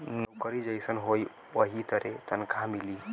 नउकरी जइसन होई वही तरे तनखा मिली